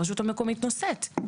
הרשות המקומית נושאת.